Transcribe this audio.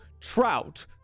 Trout